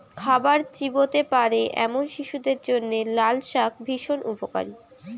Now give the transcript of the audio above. খাবার চিবোতে পারে এমন শিশুদের জন্য লালশাক ভীষণ উপকারী